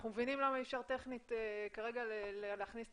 אנחנו מבינים למה אי אפשר טכנית כרגע להכניס את